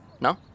No